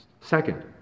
Second